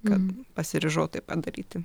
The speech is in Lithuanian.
kad pasiryžau tai padaryti